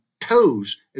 toes